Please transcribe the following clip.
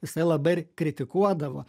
jisai labai ir kritikuodavo